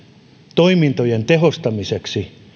toimintojen tehostamiseksi